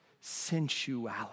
Sensuality